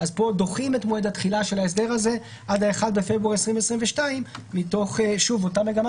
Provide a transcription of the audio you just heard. אז דוחים את מועד התחילה של ההסדר הזה עד ה-1 בפברואר 2022 מתוך אותה מגמה